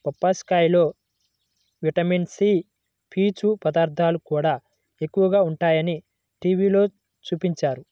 బొప్పాస్కాయలో vitamin C, పీచు పదార్థాలు కూడా ఎక్కువగా ఉంటయ్యని టీవీలో చూపించారు